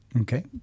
Okay